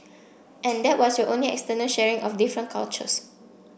and that was your only external sharing of different cultures